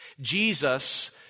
Jesus